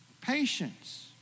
patience